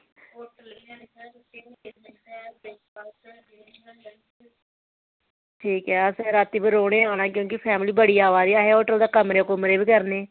ठीक ऐ अस राती उप्पर रौहने गी आने क्योंकि फैमली बड़ी आवा दी ऐ होटल दे कमरे बी करने